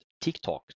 TikTok